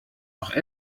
noch